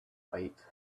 pipe